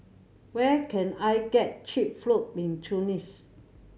where can I get cheap fruit in Tunis